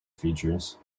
features